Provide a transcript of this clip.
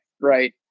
right